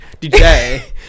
DJ